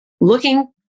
looking